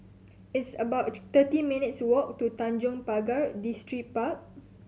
it's about thirty minutes' walk to Tanjong Pagar Distripark